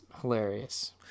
hilarious